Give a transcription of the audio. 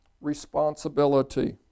responsibility